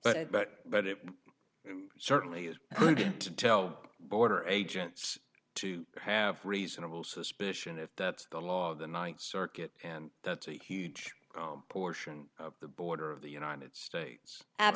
that but it certainly is going to tell border agents to have reasonable suspicion if that's the law of the ninth circuit and that's a huge portion of the border of the united states